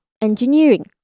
Engineering